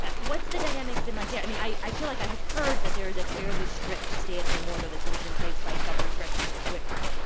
what's the dynamic been like there? i mean, i i feel like i have heard that there is a fairly strict stay-at-home order that's been put in place by governor gretchen whitmer.